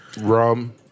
rum